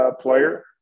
player